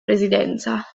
residenza